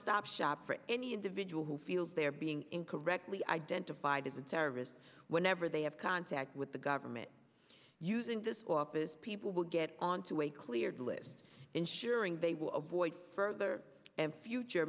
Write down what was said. stop shop for any individual who feels they are being incorrectly identified as a terrorist whenever they have contact with the government using this office people will get onto a cleared list ensuring they will avoid further and future